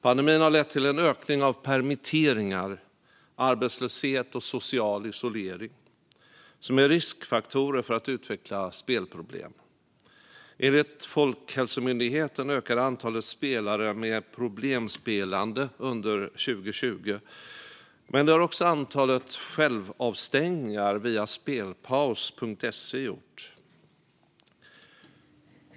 Pandemin har lett till en ökning av permitteringar, arbetslöshet och social isolering, som är riskfaktorer för att utveckla spelproblem. Enligt Folkhälsomyndigheten ökade antalet spelare med problemspelande under 2020, men det har också antalet självavstängningar via spelpaus.se gjort.